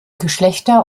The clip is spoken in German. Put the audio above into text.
geschlechter